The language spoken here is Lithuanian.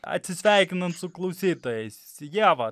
atsisveikinant su klausytojais ieva